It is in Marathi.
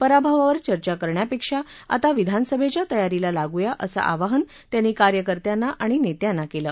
पराभवावर चर्चा करण्यापेक्षा आता विधानसभेच्या तयारीला लागूया असं आवाहन त्यांनी कार्यकर्त्यांना आणि नेत्यांना केलं